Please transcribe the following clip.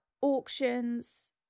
auctions